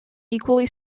equally